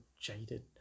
jaded